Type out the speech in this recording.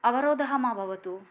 अवरोधः मा भवतु